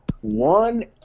one